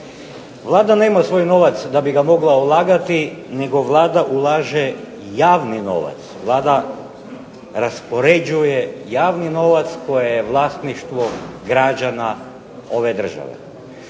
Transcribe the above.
Vlada nema svoj novac da bi ga mogla ulagati, nego Vlada ulaže javni novac. Vlada raspoređuje javni novac koja je vlasništvo građana ove države.